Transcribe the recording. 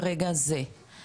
לעצמכם.